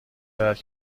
دارد